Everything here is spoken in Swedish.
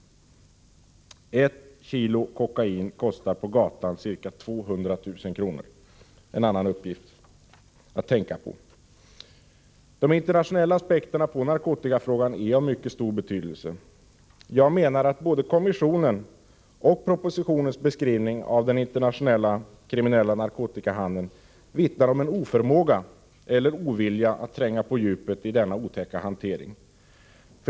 1 kg kokain kostar på gatan ca 200 000 kr. — en annan uppgift att tänka på. De internationella aspekterna på narkotikafrågan är av mycket stor betydelse. Jag menar att både kommissionens och propositionens beskrivning av den internationella kriminella narkotikahandeln vittnar om en oförmåga eller ovilja att tränga på djupet i denna otäcka hantering.